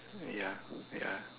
ya wait ah